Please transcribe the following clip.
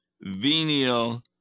venial